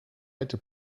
alte